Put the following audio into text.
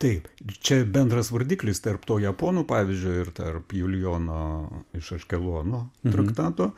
taip čia bendras vardiklis tarp to japonų pavyzdžio ir tarp julijono iš aškelono traktato